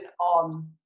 on